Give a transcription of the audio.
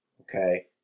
Okay